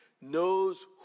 knows